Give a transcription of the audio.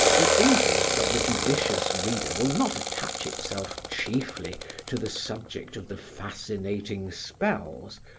the interest of the judicious reader will not attach itself chiefly to the subject of the fascinating spells,